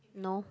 no